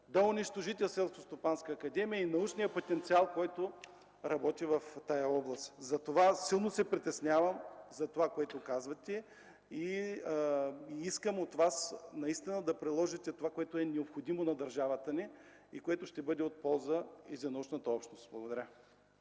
академия и научния потенциал, който работи в тази област. Затова силно се притеснявам от това, което казвате и искам от Вас наистина да приложите това, което е необходимо на държавата ни и ще бъде от полза и за научната общност. Благодаря.